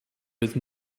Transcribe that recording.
with